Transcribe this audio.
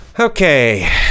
Okay